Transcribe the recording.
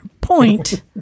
Point